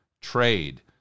trade